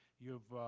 you've,